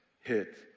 hit